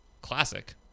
classic